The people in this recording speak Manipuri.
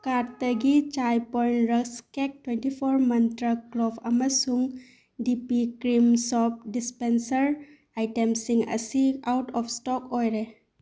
ꯀꯥꯔꯠꯇꯒꯤ ꯆꯥꯏꯄꯔ ꯔꯁ ꯀꯦꯛ ꯇ꯭ꯋꯦꯟꯇꯤ ꯐꯣꯔ ꯃꯟꯇ꯭ꯔꯥ ꯀ꯭ꯂꯣꯞ ꯑꯃꯁꯨꯡ D P creams soap dispenser ꯑꯥꯏꯇꯦꯝꯁꯤꯡ ꯑꯁꯤ ꯑꯥꯎꯠ ꯑꯣꯐ ꯏꯁꯇꯣꯛ ꯑꯣꯏꯔꯦ